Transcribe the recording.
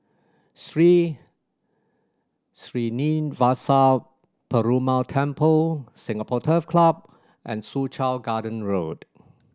Sri Srinivasa Perumal Temple Singapore Turf Club and Soo Chow Garden Road